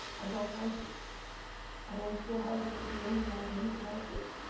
i bought houses i owned four houses at the end and i had money to buy a fifth.